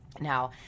Now